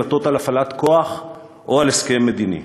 החלטות על הפעלת כוח או על הסכם מדיני.